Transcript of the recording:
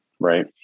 right